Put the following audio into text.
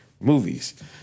movies